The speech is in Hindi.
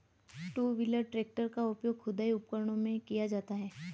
टू व्हीलर ट्रेक्टर का प्रयोग खुदाई उपकरणों में किया जाता हैं